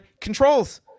controls